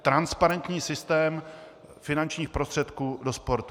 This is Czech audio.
Transparentní systém finančních prostředků do sportu.